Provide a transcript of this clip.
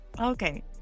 okay